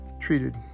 treated